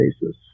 basis